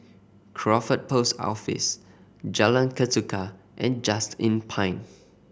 Crawford Post Office Jalan Ketuka and Just Inn Pine